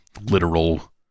literal